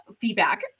feedback